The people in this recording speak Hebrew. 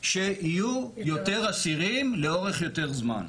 שיהיו יותר אסירים לאורך יותר זמן.